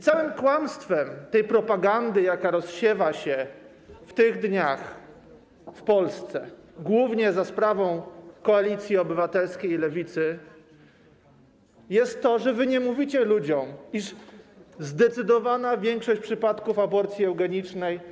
Całym kłamstwem tej propagandy, jaka rozsiewa się w tych dniach w Polsce, głównie za sprawą Koalicji Obywatelskiej i Lewicy, jest to, że wy nie mówicie ludziom, iż zdecydowana większość przypadków aborcji eugenicznej.